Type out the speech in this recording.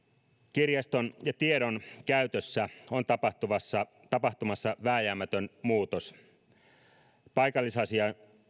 kirjaston ja tiedon käytössä on tapahtumassa tapahtumassa vääjäämätön muutos paikallisasiointi